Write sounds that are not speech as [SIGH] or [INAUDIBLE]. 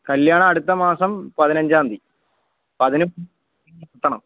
കല്യാണം അടുത്ത മാസം പതിനഞ്ചാം തീയതി അപ്പോൾ അതിന് [UNINTELLIGIBLE] എത്തണം